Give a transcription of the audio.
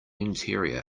interior